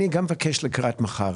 אני גם מבקש לקראת מחר.